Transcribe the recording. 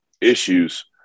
issues